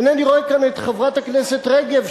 אינני רואה כאן את חברת הכנסת רגב,